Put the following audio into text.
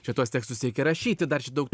čia tuos tekstus reikia rašyti dar čia daug